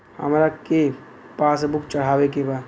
हमरा के पास बुक चढ़ावे के बा?